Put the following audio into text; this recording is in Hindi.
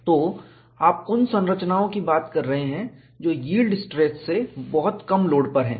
तो आप उन संरचनाओं की बात कर रहे हैं जो यील्ड स्ट्रेस से बहुत कम लोड पर हैं